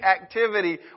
activity